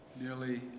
nearly —